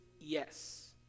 yes